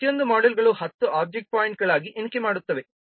ಈ ಪ್ರತಿಯೊಂದು ಮಾಡ್ಯೂಲ್ಗಳು 10 ಒಬ್ಜೆಕ್ಟ್ ಪಾಯಿಂಟ್ಗಳಾಗಿ ಎಣಿಕೆ ಮಾಡುತ್ತವೆ